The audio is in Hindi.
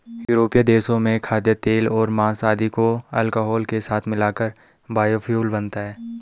यूरोपीय देशों में खाद्यतेल और माँस आदि को अल्कोहल के साथ मिलाकर बायोफ्यूल बनता है